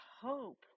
hope